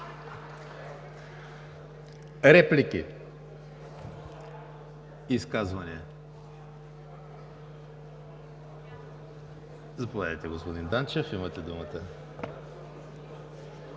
Реплики? Изказвания? Заповядайте, господин Данчев, имате думата.